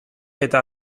eta